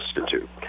Institute